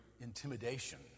intimidation